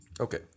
Okay